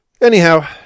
anyhow